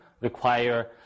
require